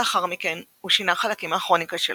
לאחר מכן הוא שינה חלקים מהכרוניקה שלו,